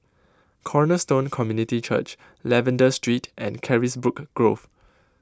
Cornerstone Community Church Lavender Street and Carisbrooke Grove